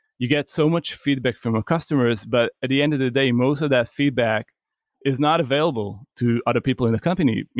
you get so much feedback from your customers, but at the end of the day, most of that feedback is not available to other people in the company.